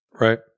right